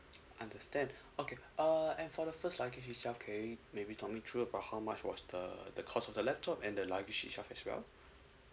understand okay uh and for the first luggage itself can you maybe talk me through about how much was the the cost of the laptop and the luggage itself as well